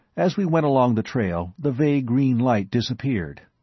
as we went along the trail, the vague green light disappeared.